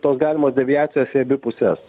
tos galimo deviacijos į abi puses